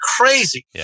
crazy